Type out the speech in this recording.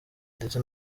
ndetse